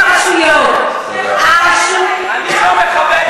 יד אחת, תכבד אותה.